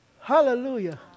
Hallelujah